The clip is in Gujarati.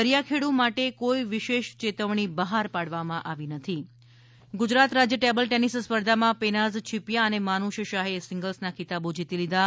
દરિયાખેડુ માટે કોઈ વિશેષ ચેતવણી બહાર પાડવામાં આવી નથી ટેબલ ટેનિસ ગુજરાત રાજ્ય ટેબલ ટેનિસ સ્પર્ધામાં પેનાઝ છીપીયા અને માનુષ શાહે સિંગલ્સના ખિતાબો જીતી લીધા છે